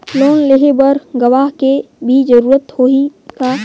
Loan लेहे बर गवाह के भी जरूरत होही का?